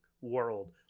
world